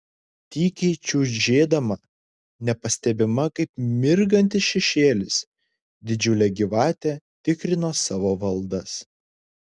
tykiai čiužėdama nepastebima kaip mirgantis šešėlis didžiulė gyvatė tikrino savo valdas